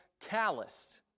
calloused